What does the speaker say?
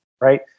right